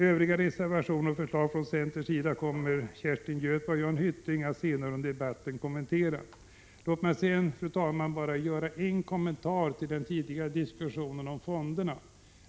Övriga reservationer och förslag från centern kommer Kerstin Göthberg och Jan Hyttring att kommentera senare under debatten. Låt mig slutligen bara göra en kommentar till den tidigare diskussionen om fonderna.